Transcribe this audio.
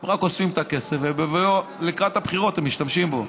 הם רק אוספים את הכסף ולקראת הבחירות הם משתמשים בו,